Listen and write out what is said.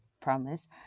promise